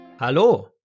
Hallo